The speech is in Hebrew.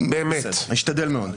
אשתדל מאוד.